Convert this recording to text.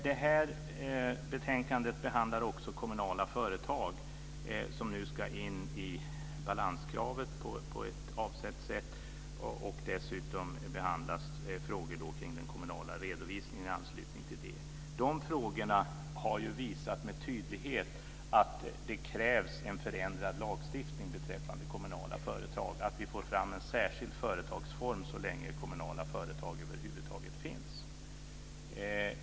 Det här betänkandet behandlar också kommunala företag, vilka nu ska in i balanskravet på avsett sätt. Dessutom behandlas frågor kring den kommunala redovisningen i anslutning till detta. De frågorna har med tydlighet visat att det krävs en förändrad lagstiftning beträffande kommunala företag, att vi får fram en särskild företagsform så länge kommunala företag över huvud taget finns.